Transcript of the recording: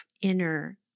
inner